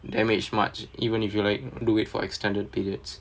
damaged much even if you like do it for extended periods